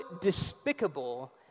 despicable